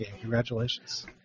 Congratulations